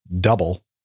double